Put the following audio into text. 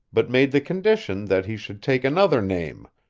but made the condition that he should take another name,